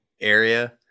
area